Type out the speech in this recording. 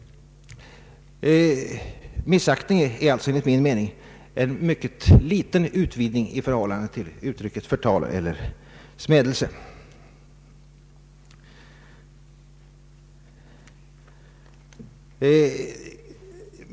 Uttrycket ”missaktning” är alltså enligt min mening en mycket liten utvidgning av uttrycket ”förtal eller smädelse”.